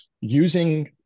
using